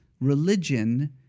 Religion